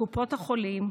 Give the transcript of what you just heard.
וקופות החולים,